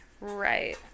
right